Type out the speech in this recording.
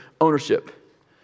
ownership